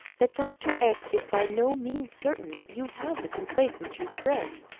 that dr. x is by no means certain that you have the complaint which you dread.